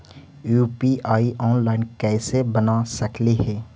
UPI online कैसे बना सकली हे?